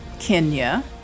Kenya